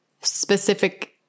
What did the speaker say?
specific